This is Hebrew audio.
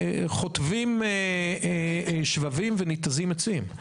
הזמן חוטבים שבבים וניתזים עצים.